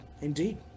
indeed